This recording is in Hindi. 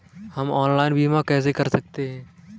हम ऑनलाइन बीमा कैसे कर सकते हैं?